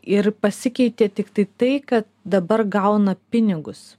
ir pasikeitė tiktai tai ka dabar gauna pinigus